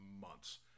months